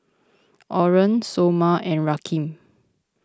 Oren Somer and Rakeem